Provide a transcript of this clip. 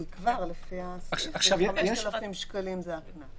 הוא כבר לפי הסעיף, 5,000 שקלים, זה הקנס.